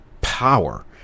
power